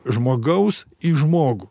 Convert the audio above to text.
žmogaus į žmogų